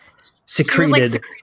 secreted